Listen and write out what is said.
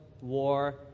war